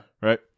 Right